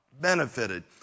benefited